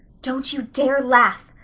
don't you dare laugh,